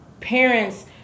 parents